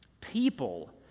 People